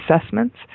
assessments